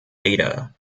data